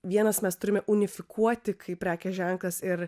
vienas mes turime unifikuoti kaip prekės ženklas ir